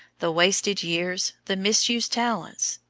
the wasted years, the misused talents,